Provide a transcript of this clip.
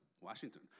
Washington